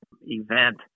event